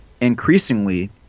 increasingly